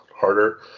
harder